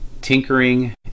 tinkering